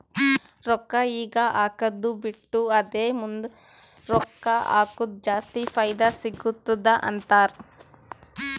ರೊಕ್ಕಾ ಈಗ ಹಾಕ್ಕದು ಬಿಟ್ಟು ಅದೇ ಮುಂದ್ ರೊಕ್ಕಾ ಹಕುರ್ ಜಾಸ್ತಿ ಫೈದಾ ಸಿಗತ್ತುದ ಅಂತಾರ್